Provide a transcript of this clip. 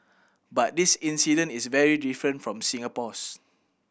but this incident is very different from Singapore's